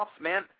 man